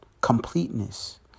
completeness